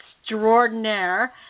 extraordinaire